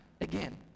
again